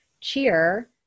cheer